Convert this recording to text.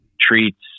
treats